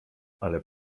ale